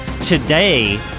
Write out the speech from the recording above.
today